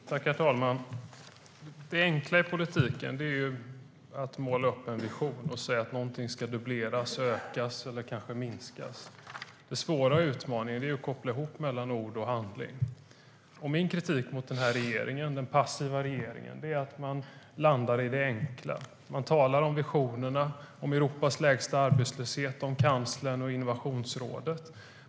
Herr ålderspresident! Det enkla i politiken är att måla upp en vision och säga att någonting ska dubbleras, ökas eller kanske minskas. Den svåra utmaningen är att koppla ihop ord och handling. Min kritik mot denna passiva regering är att man landar i det enkla. Man talar om visionerna - Europas lägsta arbetslöshet, kanslern och Innovationsrådet.